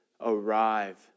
arrive